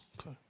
Okay